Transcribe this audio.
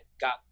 got